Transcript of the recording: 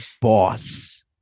boss